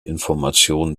information